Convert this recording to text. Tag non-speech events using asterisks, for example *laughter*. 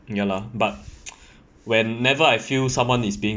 ya lah but *noise* whenever I feel someone is being